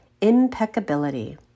impeccability